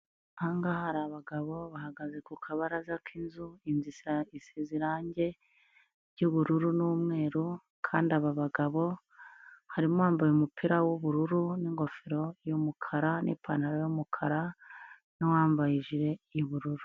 Ahangaha hari abagabo bahagaze ku kabaraza k'inzu, inzu isize irangi ry'ubururu n'umweru, kandi aba bagabo harimo uwambaye umupira w'ubururu n'ingofero y'umukara n'ipantaro y'umukara, n'uwambaye ijire y'ubururu.